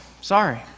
sorry